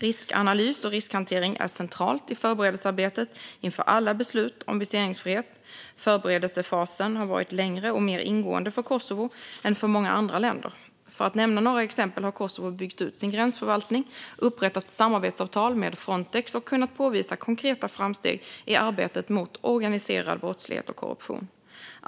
Riskanalys och riskhantering är centralt i förberedelsearbetet inför alla beslut om viseringsfrihet. Förberedelsefasen har varit längre och mer ingående för Kosovo än för många andra länder. För att nämna några exempel har Kosovo byggt ut sin gränsförvaltning, upprättat samarbetsavtal med Frontex och kunnat påvisa konkreta framsteg i arbetet mot organiserad brottslighet och korruption.